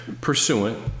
pursuant